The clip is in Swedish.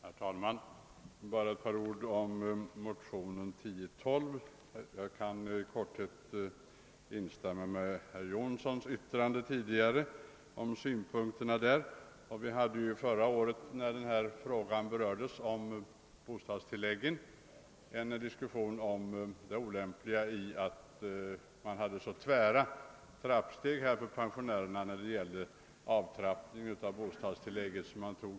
Herr talman! Bara några ord om motionen II: 1012. Jag kan helt instämma i de synpunkter som herr Jonsson i Mora anförde. Vi behandlade förra året frågan om reduktionen av de kommunala bostadstilläggen vid extrainkomst utöver folkpensionen, och vi diskuterade då de tvära trappstegen för pensionärerna i och med att halva inkomsten gick bort omedelbart.